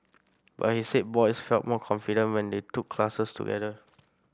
but he said boys felt more confident when they took classes together